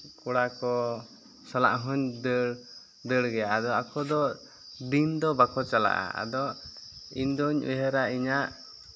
ᱠᱚᱲᱟ ᱠᱚ ᱥᱟᱞᱟᱜ ᱦᱚᱧ ᱫᱟᱹᱲ ᱜᱮᱭᱟ ᱟᱫᱚ ᱟᱠᱚ ᱫᱚ ᱫᱤᱱ ᱫᱚ ᱵᱟᱠᱚ ᱪᱟᱞᱟᱜᱼᱟ ᱟᱫᱚ ᱤᱧ ᱫᱚᱧ ᱩᱭᱦᱟᱹᱨᱟ ᱤᱧᱟᱹᱜ